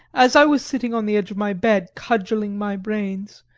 as i was sitting on the edge of my bed cudgelling my brains,